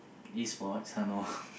Esports uh no